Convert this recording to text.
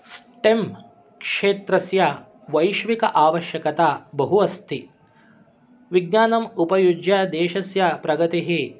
stem क्षेत्रस्य वैश्विक आवश्यकता बहु अस्ति विज्ञानम् उपयुज्य देशस्य प्रगतिः